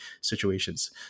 situations